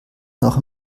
noch